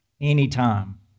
anytime